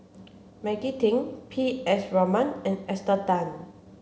Maggie Teng P S Raman and Esther Tan